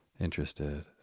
interested